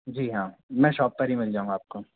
जी हाँ मैं शॉप पर ही मिल जाऊँगा आपको